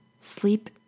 Sleep